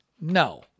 No